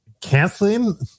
canceling